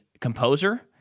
composer